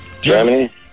Germany